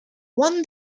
won